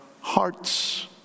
hearts